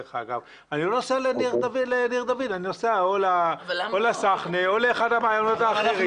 אני לא נוסע לניר דוד אלא אני נוסע לסחנה או לאחד המעיינות האחרים.